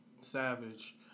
Savage